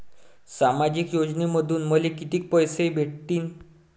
सामाजिक योजनेमंधून मले कितीक पैसे भेटतीनं?